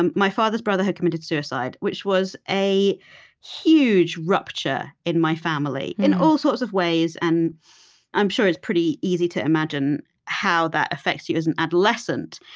my father's brother had committed suicide, which was a huge rupture in my family, in all sorts of ways, and i'm sure it's pretty easy to imagine how that affects you as an adolescent.